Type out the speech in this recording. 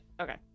Okay